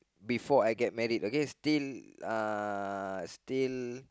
before I get married okay still uh still